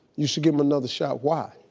you should give him another shot? why?